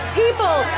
people